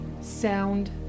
sound